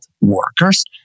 workers